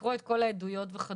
לקרוא את כל העדויות וכדומה.